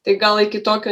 tai gal iki tokio